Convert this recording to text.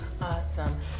Awesome